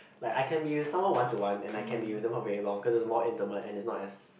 like I can be with someone one to one and I can be example with someone for very long because it's more intimate and it is as not as